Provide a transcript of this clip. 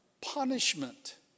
punishment